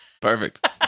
Perfect